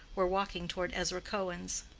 were walking toward ezra cohen's.